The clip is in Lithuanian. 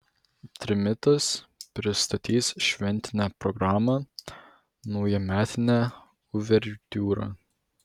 trimitas pristatys šventinę programą naujametinė uvertiūra